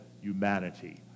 humanity